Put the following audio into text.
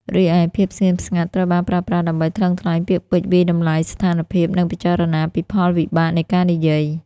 រីឯ ភាពស្ងៀមស្ងាត់ត្រូវបានប្រើប្រាស់ដើម្បីថ្លឹងថ្លែងពាក្យពេចន៍ វាយតម្លៃស្ថានភាព និងពិចារណាពីផលវិបាកនៃការនិយាយ។